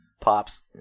Pops